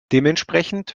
dementsprechend